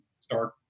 start